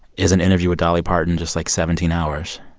is an interview with dolly parton just, like, seventeen hours?